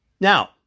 Now